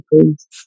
please